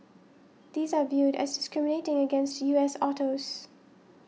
these are viewed as discriminating against U S autos